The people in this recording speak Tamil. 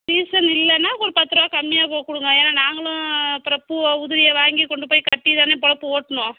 சீசன் இல்லனா ஒரு பத்துரூவா கம்மியாக கு கொடுங்க ஏன்னா நாங்களும் அப்புறம் பூவை உதிரியை வாங்கி கொண்டு போய் கட்டிதானே பொலப்பை ஓட்டணும்